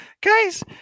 guys